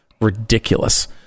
ridiculous